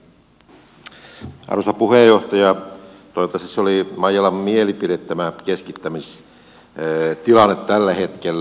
toivottavasti se oli maijalan mielipide tämä keskittämistilanne tällä hetkellä